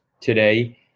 today